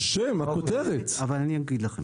הכותרת שהונחה